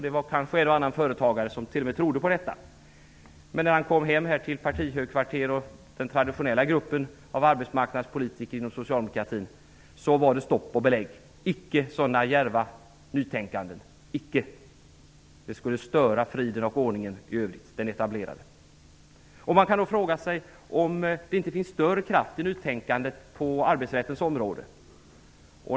Det var kanske en och annan företagare som t.o.m. trodde på detta. Men när han kom hem till partihögkvarteret och den traditionella gruppen av arbetsmarknadspolitiker inom socialdemokratin var det stopp och belägg. Icke sådana djärva nytänkanden -- icke! Det skulle störa den etablerade friden och ordningen. Man kan fråga sig om det inte finns större kraft i nytänkandet på arbetsrättens område.